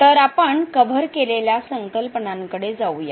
तर आपण कव्हर केलेल्या संकल्पनांकडे जाऊया